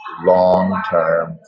long-term